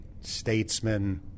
statesman